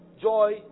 joy